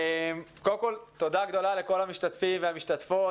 קודם כול, תודה גדולה לכל המשתתפים והמשתתפות.